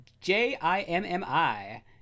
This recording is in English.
J-I-M-M-I